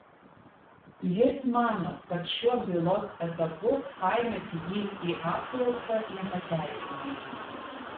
jis mano kad šiuo bylos etapu painioti jį į apklausą nepateisinama